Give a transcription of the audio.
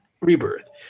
Rebirth